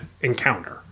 encounter